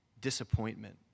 disappointment